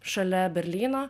šalia berlyno